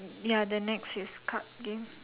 ya the next is card game